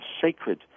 sacred